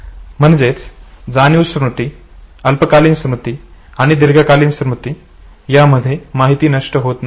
म्हणजेच जाणीव स्मृती अल्पकालीन स्मृती आणि दीर्घकालीन स्मृति यामध्ये माहिती नष्ट होत नाही